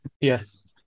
Yes